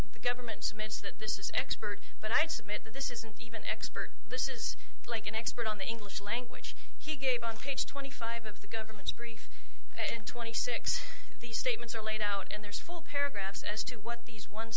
the government cements that this expert but i submit that this isn't even expert this is like an expert on the english language he gave on page twenty five of the government's brief and twenty six these statements are laid out and there's full paragraphs as to what these one